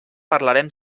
parlarem